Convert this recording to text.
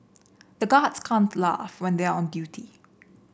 the guards can't laugh when they are on duty